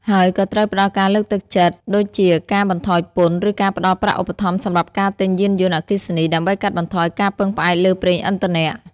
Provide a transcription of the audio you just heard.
ហើយក៏ត្រូវផ្តល់ការលើកទឹកចិត្តដូចជាការបន្ថយពន្ធ ឬការផ្តល់ប្រាក់ឧបត្ថម្ភសម្រាប់ការទិញយានយន្តអគ្គិសនី ដើម្បីកាត់បន្ថយការពឹងផ្អែកលើប្រេងឥន្ធនៈ។